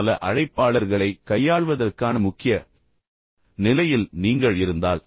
பல அழைப்பாளர்களைக் கையாள்வதற்கான முக்கிய நிலையில் நீங்கள் இருந்தால்